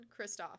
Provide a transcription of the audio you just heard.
Kristoff